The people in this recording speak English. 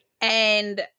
And-